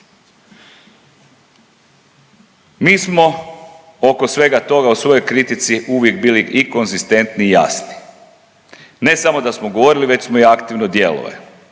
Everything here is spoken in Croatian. Mi smo oko svega toga u svojoj kritici uvijek bili i konzistentni i jasni. Ne samo da smo govorili već smo aktivno dijelove